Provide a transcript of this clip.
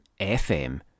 FM